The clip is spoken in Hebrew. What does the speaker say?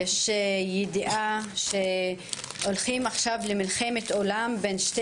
יש ידיעה שהולכים עכשיו למלחמת עולם בין שתי